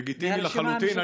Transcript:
לגיטימי לחלוטין.